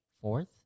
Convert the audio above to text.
fourth